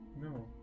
No